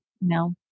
no